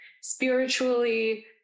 spiritually